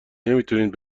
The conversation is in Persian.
نمیتونین